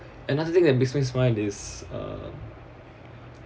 another thing that makes me smile is uh